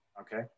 okay